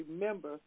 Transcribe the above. remember